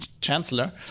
chancellor